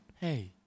Hey